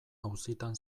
auzitan